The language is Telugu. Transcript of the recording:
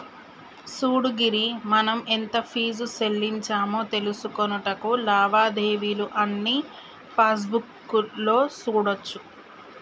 సూడు గిరి మనం ఎంత ఫీజు సెల్లించామో తెలుసుకొనుటకు లావాదేవీలు అన్నీ పాస్బుక్ లో సూడోచ్చు